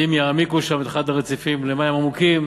ואם יעמיקו שם את אחד הרציפים למים עמוקים